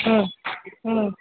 ம் ம்